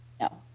No